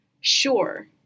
sure